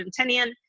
Argentinian